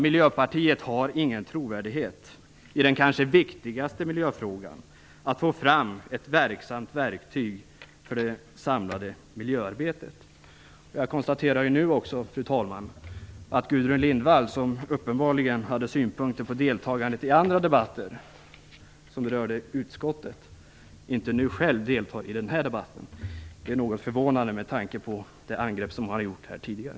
Miljöpartiet har ingen trovärdighet i den kanske viktigaste miljöfrågan, nämligen att få fram ett verksamt verktyg för det samlade miljöarbetet. Jag konstaterar, fru talman, att Gudrun Lindvall, som uppenbarligen hade synpunkter på deltagandet i andra debatter som berörde utskottet, nu inte själv deltar i den här debatten. Det är något förvånande med tanke på det angrepp som hon har gjort här tidigare.